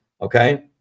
Okay